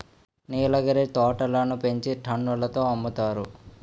నీలగిరి తోటలని పెంచి టన్నుల తో అమ్ముతారు